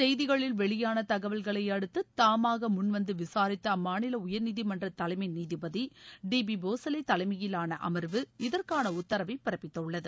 செய்திகளில் வெளியானதகவல்களையடுத்துதாமாகமுன்வந்துவிசாரித்தஅம்மாநிலஉயர்நீதிமன்றதலைமைநீதிபதிபோசலேதலை மயிலானஅமர்வு இதற்கானஉத்தரவைபிறப்பித்துள்ளது